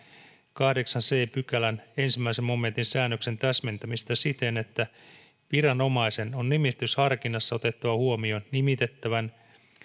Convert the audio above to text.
kahdeksannen c pykälän ensimmäisen momentin säännöksen täsmentämistä siten että viranomaisen on nimitysharkinnassa otettava huomioon nimitettävän